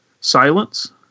Silence